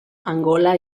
angola